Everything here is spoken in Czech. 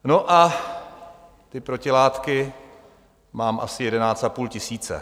No a ty protilátky mám asi jedenáct a půl tisíce.